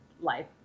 life